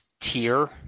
tier